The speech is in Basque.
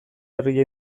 herria